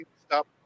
stop